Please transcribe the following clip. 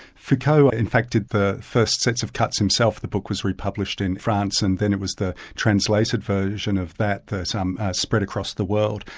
foucault ah in fact did the first sets of cuts himself the book was re-published in france and then it was the translated version of that that spread across the world.